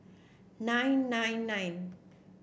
nine nine nine